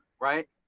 right